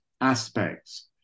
aspects